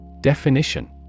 Definition